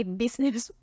business